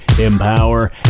empower